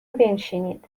بنشینید